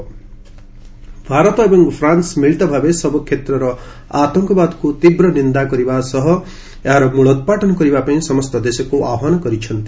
joint statement Bharat ଏବଂ France ମିଳିତ ଭାବେ ସବୁ କ୍ଷେତ୍ରର ଆତଙ୍କବାଦକୁ ତୀବ୍ର ନିନ୍ଦା କରିବା ସହ ଏହାର ମୁଳଉତ୍ପାଟନ କରିବା ପାଇଁ ସମସ୍ତ ଦେଶକୁ ଆହ୍ୱାନ କରିଛନ୍ତି